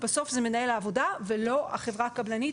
בסוף זה מנהל העבודה ולא החברה הקבלנית